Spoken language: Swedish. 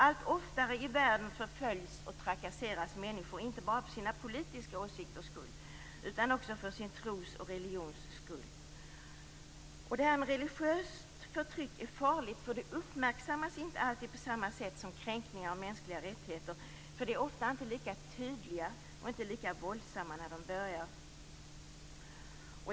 Allt oftare i världen förföljs och trakasseras människor inte bara för sina politiska åsikters skull utan också för sin tros och religions skull. Religiöst förtryck är farligt i och med att det inte alltid uppmärksammas på samma sätt som kränkningar av mänskliga rättigheter. Det religiösa förtrycket är ofta inte lika tydligt och våldsamt när det börjar.